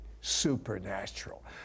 supernatural